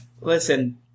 Listen